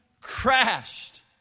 crashed